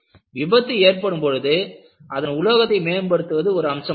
விபத்து ஏற்படும்பொழுது அதன் உலோகத்தை மேம்படுத்துவது ஒரு அம்சமாகும்